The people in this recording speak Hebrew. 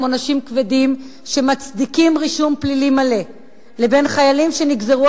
עונשים כבדים שמצדיקים רישום פלילי מלא לבין חיילים שנגזרו